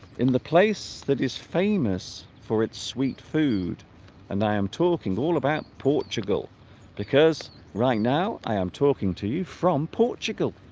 in the place that is famous for its sweet food and i am talking all about portugal because right now i am talking to you from portugal